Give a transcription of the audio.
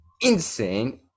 insane